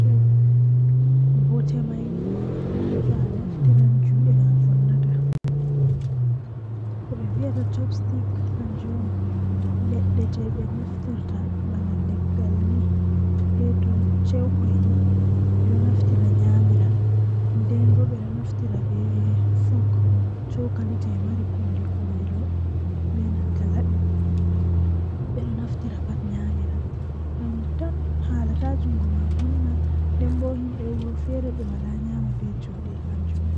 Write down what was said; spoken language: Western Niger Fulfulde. Ko allah arti windi fe'an do doole ko ayidi ko ayida fe'an seini woodi ko awawata wadugo ngam to hunde man wari a anda no hoyintama malla a anda no atokkirta be mai doole on to allah arti windi do doole dum wada.